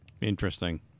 Interesting